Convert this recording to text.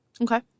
Okay